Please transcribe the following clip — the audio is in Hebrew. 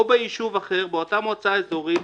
או ביישוב אחר באותה מועצה אזורית,